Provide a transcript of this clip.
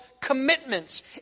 commitments